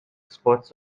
spots